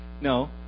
No